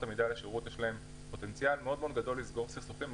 מידה הוא כלי מצוין לפתירת סכסוכים,